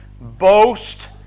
boast